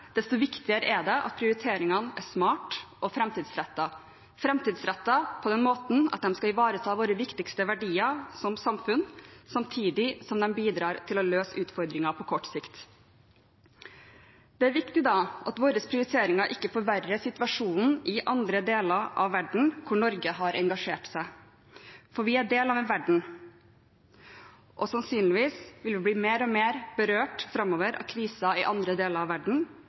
desto viktigere er det at prioriteringene er smarte og framtidsrettede, framtidsrettede på den måten at de skal ivareta våre viktigste verdier som samfunn samtidig som de bidrar til å løse utfordringer på kort sikt. Det er da viktig at våre prioriteringer ikke forverrer situasjonen i andre deler av verden hvor Norge har engasjert seg, for vi er del av en verden, og sannsynligvis vil vi bli mer og mer berørt framover av kriser i andre deler av verden,